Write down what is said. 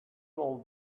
all